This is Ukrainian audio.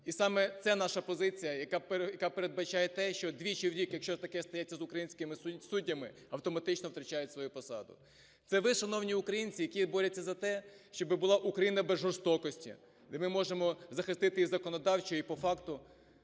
І саме це наша позиція, яка передбачає те, що двічі в рік, якщо таке стається з українськими суддями, автоматично втрачають свою посаду. Це ви, шановні українці, які борються за те, щоб була Україна без жорстокості, де ми можемо захистити і законодавчо, і по факту